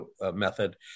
method